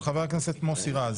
של ח"כ מוסי רז